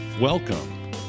Welcome